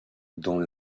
dans